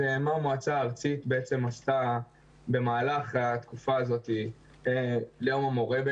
מה המועצה הארצית בעצם עשתה במהלך התקופה הזאת ליום המורה?